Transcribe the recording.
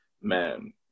man